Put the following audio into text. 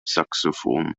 saxophon